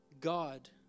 God